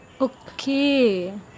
Okay